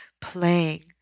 playing